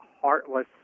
heartless